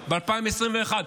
ב-2020, ב-2021.